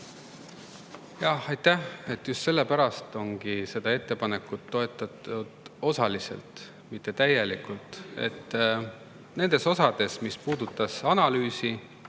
Aitäh! Just sellepärast ongi seda ettepanekut toetatud osaliselt, mitte täielikult, nendes osades, mis puudutasid analüüsi,